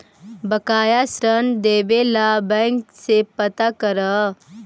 बकाया ऋण देखे ला बैंक से पता करअ